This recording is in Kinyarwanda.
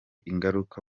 ingaruka